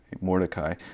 Mordecai